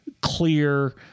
clear